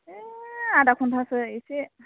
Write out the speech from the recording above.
है आधा घन्टासो एसे